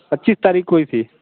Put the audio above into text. पच्चीस तारीख को ही थी